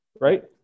right